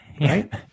Right